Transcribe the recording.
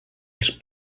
els